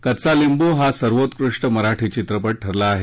कच्चा लिंबू हा सर्वोत्कृष्ट मराठी चित्रपट ठरला आहे